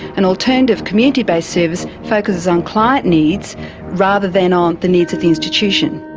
an alternative community based service focuses on client needs rather than on the needs of the institution.